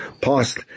past